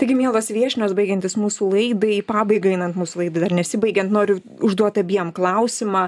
taigi mielos viešnios baigiantis mūsų laidai į pabaigą einant mūsų laidai dar nesibaigiant noriu užduoti abiem klausimą